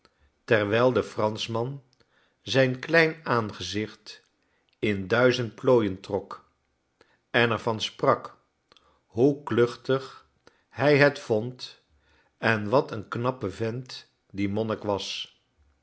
terwijl de franschman zijn klein aangezicht in duizend plooien trok en er van sprak hoe kluchtig hij het vond en wat een knappen vent die monnik was